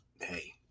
hey